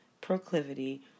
proclivity